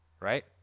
Right